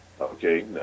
Okay